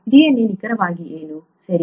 DNA ನಿಖರವಾಗಿ ಏನು ಸರಿ